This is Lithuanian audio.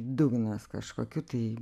dugnas kažkokių tai